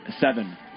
seven